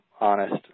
honest